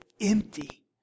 empty